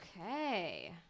Okay